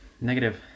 Negative